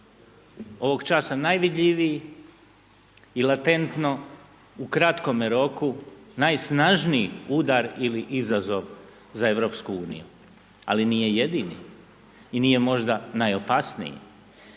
ovog časa najvidljiviji i latentno u kratkome roku najsnažniji udar ili izazov za Europsku uniju, ali nije jedini, i nije možda najopasniji.